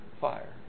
fire